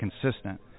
consistent